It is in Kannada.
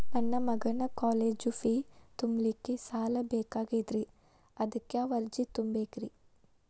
ನನ್ನ ಮಗನ ಕಾಲೇಜು ಫೇ ತುಂಬಲಿಕ್ಕೆ ಸಾಲ ಬೇಕಾಗೆದ್ರಿ ಅದಕ್ಯಾವ ಅರ್ಜಿ ತುಂಬೇಕ್ರಿ?